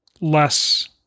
less